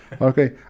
Okay